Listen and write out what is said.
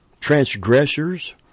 transgressors